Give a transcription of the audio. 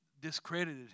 discredited